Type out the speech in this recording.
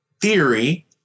theory